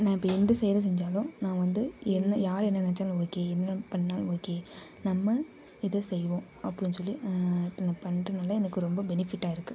நான் இப்போ எந்த செயலை செஞ்சாலும் நான் வந்து என்ன யார் என்ன நெனைச்சாலும் ஓகே என்ன பண்ணாலும் ஓகே நம்ம இதை செய்வோம் அப்படின்னு சொல்லி இப்போ நான் பண்றதுனால எனக்கு ரொம்ப பெனிஃபிட்டாக இருக்குது